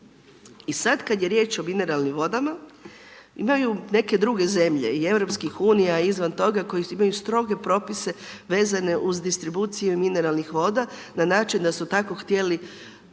I sad kad je riječ o mineralnim vodama, imaju neke druge zemlje i EU-a i izvan toga koje imaju stroge propise vezane uz distribuciju mineralnih voda na način da su tako htjeli